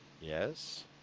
Yes